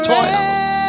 Toils